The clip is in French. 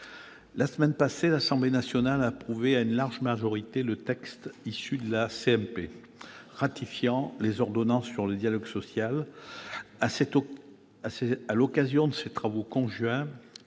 la semaine passée, l'Assemblée nationale a approuvé à une large majorité le texte issu de la commission mixte paritaire ratifiant les ordonnances sur le dialogue social. À l'occasion de ces travaux conjoints,